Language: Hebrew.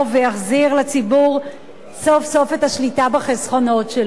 ויחזיר לציבור סוף-סוף את השליטה בחסכונות שלו.